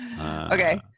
Okay